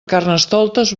carnestoltes